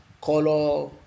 color